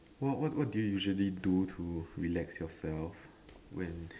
what what do you usually do to relax yourself when